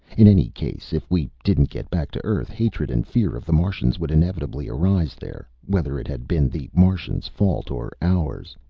in any case, if we didn't get back to earth, hatred and fear of the martians would inevitably arise there, whether it had been the martians' fault or ours.